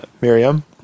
Miriam